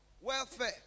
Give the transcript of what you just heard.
welfare